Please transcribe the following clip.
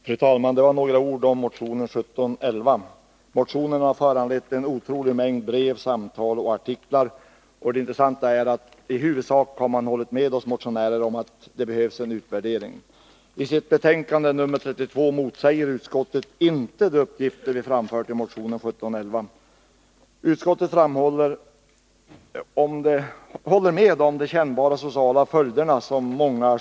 Fru talman! Några ord om motion 1711. Motionen har föranlett en otrolig mängd brev, samtal och artiklar, och det intressanta är att i huvudsak har man hållit med oss motionärer om att det behövs en utvärdering. I sitt betänkande nr 32 motsäger utskottet inte de uppgifter som vi har framfört i motionen. Utskottet håller med om att många skilsmässor får kännbara sociala följder.